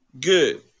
good